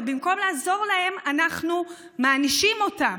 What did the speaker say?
במקום לעזור להם אנחנו מענישים אותם.